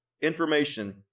information